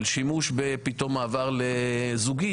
של שימוש פתאום במעבר לזוגי.